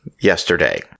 yesterday